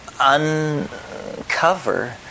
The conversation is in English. uncover